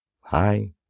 Hi